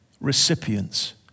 recipients